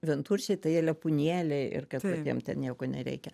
vienturčiai tai jie lepūnėliai ir kad vat jiem ten nieko nereikia